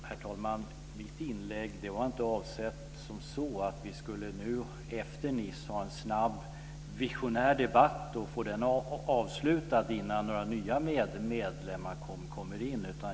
Herr talman! Avsikten med mitt inlägg var inte att vi efter Nice snabbt skulle ha en visionär debatt och att vi skulle få den avslutad innan nya medlemmar kommer in.